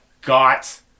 got